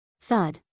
Thud